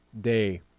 day